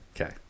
Okay